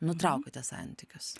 nutraukėte santykius